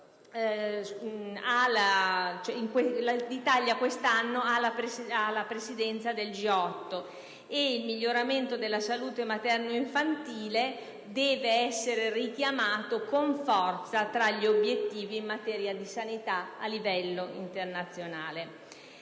l'Italia quest'anno ha la Presidenza del G8 e il miglioramento della salute materno- infantile deve essere richiamato con forza tra gli obiettivi in materia di sanità a livello internazionale.